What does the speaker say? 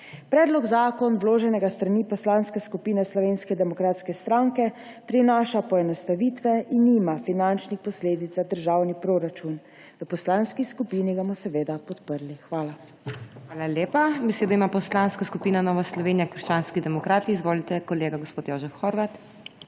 Predlog zakona, vložen s strani Poslanske skupine Slovenske demokratske stranke, prinaša poenostavitve in nima finančnih posledic za državni proračun. V poslanski skupini ga bomo seveda podprli. Hvala. **PODPREDSEDNICA MAG. MEIRA HOT:** Hvala lepa. Besedo ima Poslanska skupina Nova Slovenija – krščanski demokrati. Izvolite, kolega gospod Jožef Horvat.